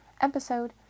episode